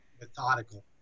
methodical